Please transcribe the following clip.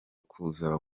akubaza